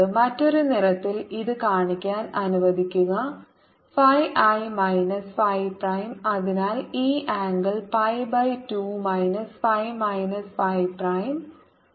മറ്റൊരു നിറത്തിൽ ഇത് കാണിക്കാൻ അനുവദിക്കുക ഫൈi മൈനസ് ഫൈ പ്രൈം അതിനാൽ ഈ angle pi by 2 minus phi minus phi prime